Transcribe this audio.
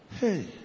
hey